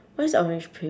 what's orange peel